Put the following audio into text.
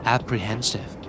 Apprehensive